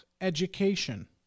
education